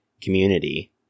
community